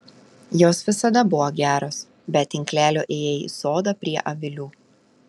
jos visada buvo geros be tinklelio ėjai į sodą prie avilių